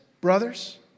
brothers